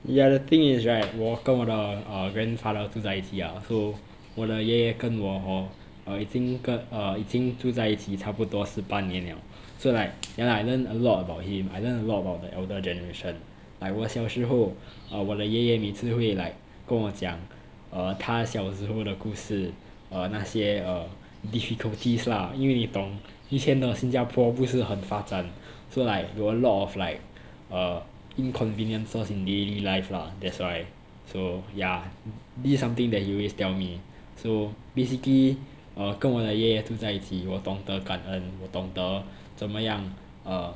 ya the thing is right 我跟我的 uh grandfather 住在一起 ah so 我的爷爷跟我已经跟 uh 已经住在一起差不多十八年了 so like ya lah I learned a lot about him I learnt a lot about the elder generation like 我小时候我的爷爷每次会 like 跟我讲 err 他小时候的故事 uh 那些 uh difficulties lah 因为你懂以前的新加坡不是很发展 so like got a lot of like uh inconveniences in daily life lah that's why so yeah this is something that he always tell me so basically err 跟我的爷爷住在一起我懂得感恩懂得怎么样 err